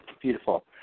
Beautiful